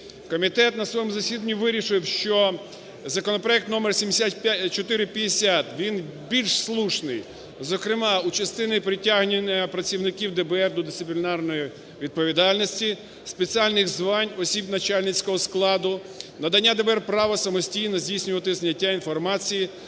Комітет на своєму засіданні вирішив, що законопроект номер 7450, він більш слушний. Зокрема, у частині притягнення працівників ДБР до дисциплінарної відповідальності, спеціальних звань осіб начальницького складу, надання ДБР права самостійно здійснювати зняття інформації